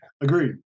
agreed